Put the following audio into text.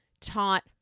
taught